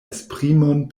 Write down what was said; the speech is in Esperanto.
esprimon